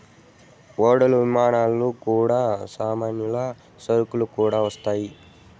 ఓడలు విమానాలు గుండా సామాన్లు సరుకులు కూడా వస్తాయి